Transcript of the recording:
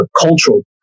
cultural